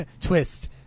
twist